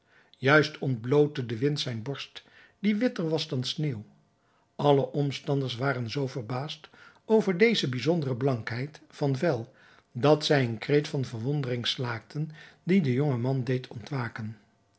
juist ontblootte de wind zijne borst die witter was dan sneeuw alle omstanders waren zoo verbaasd over deze bijzondere blankheid van vel dat zij een kreet van verwondering slaakten die den jongman deed ontwaken